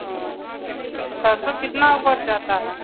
तऽ सरिसो कितना उपज जाता है